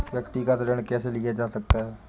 व्यक्तिगत ऋण कैसे लिया जा सकता है?